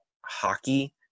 hockey